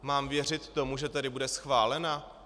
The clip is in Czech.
Mám věřit tomu, že tady bude schválena?